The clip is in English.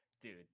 dude